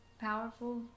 powerful